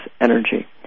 energy